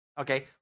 Okay